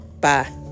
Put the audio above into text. bye